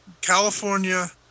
California